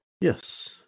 Yes